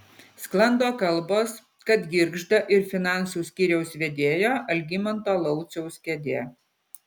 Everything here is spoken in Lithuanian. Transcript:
sklando kalbos kad girgžda ir finansų skyriaus vedėjo algimanto lauciaus kėdė